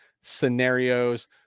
scenarios